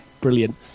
brilliant